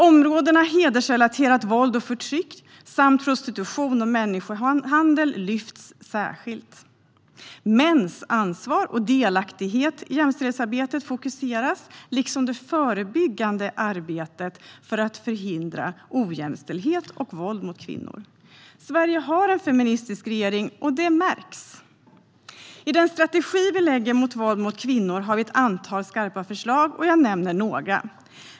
Områdena hedersrelaterat våld och förtryck samt prostitution och människohandel lyfts särskilt fram. Vi fokuserar på mäns ansvar för och delaktighet i jämställdhetsarbetet, liksom det förebyggande arbetet för att förhindra ojämställdhet och våld mot kvinnor. Sverige har en feministisk regering, och det märks. I den strategi mot våld mot kvinnor vi lägger fram har vi ett antal skarpa förslag, och jag ska nämna några.